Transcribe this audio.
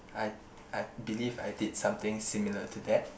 I I believe I did something similar to that